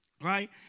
right